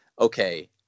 okay